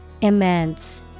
Immense